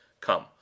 Come